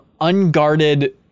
unguarded